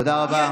תודה רבה.